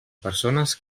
persones